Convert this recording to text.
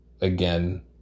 again